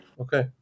Okay